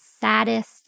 saddest